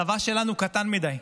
הצבא שלנו קטן מדי,